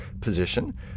position